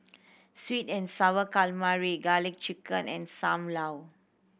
sweet and Sour Calamari Garlic Chicken and Sam Lau